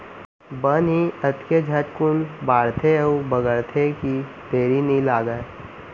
बन ही अतके झटकुन बाढ़थे अउ बगरथे कि देरी नइ लागय